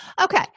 Okay